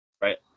right